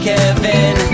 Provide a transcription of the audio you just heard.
Kevin